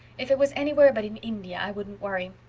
if it was anywhere but in india i wouldn't worry,